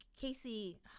Casey